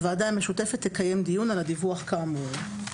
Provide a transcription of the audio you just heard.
הוועדה המשותפת תקיים דיון על הדיווח כאמור.